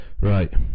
right